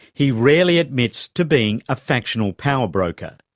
he rarely admits to being a factional powerbroker.